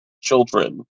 children